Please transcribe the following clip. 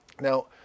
Now